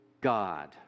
God